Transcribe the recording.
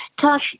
Tosh